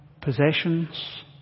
possessions